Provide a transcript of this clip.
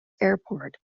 airport